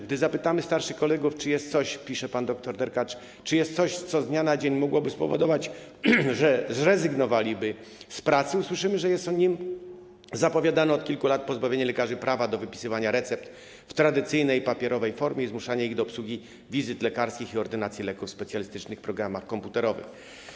Gdy zapytamy starszych kolegów, czy jest coś - pisze pan dr Derkacz - co z dnia na dzień mogłoby spowodować, że zrezygnowaliby z pracy, usłyszymy, że jest to zapowiadane od kilku lat pozbawienie lekarzy prawa do wypisywania recept w tradycyjnej, papierowej formie i zmuszanie ich do obsługi wizyt lekarskich i ordynacji leków w specjalistycznych programach komputerowych.